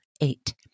Eight